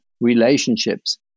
relationships